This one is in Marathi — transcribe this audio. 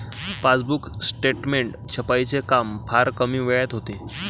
पासबुक स्टेटमेंट छपाईचे काम फार कमी वेळात होते